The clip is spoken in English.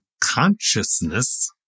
consciousness